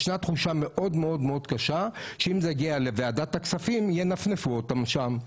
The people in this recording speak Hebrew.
ישנה תחושה מאוד-מאוד קשה שאם זה יגיע לוועדת הכספים ינפנפו אותם משם.